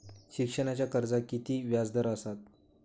शिक्षणाच्या कर्जाचा किती व्याजदर असात?